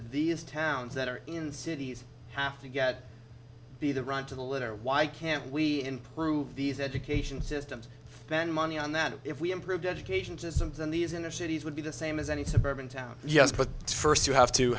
these towns that are in cities have to get be the run to the litter why can't we improve these education systems then money on that if we improve education systems in these inner cities would be the same as any suburban town yes but first you have to